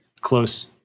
close